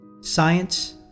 Science